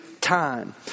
time